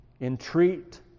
entreat